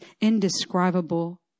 indescribable